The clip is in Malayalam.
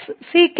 sec x